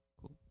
cool